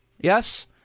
Yes